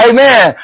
Amen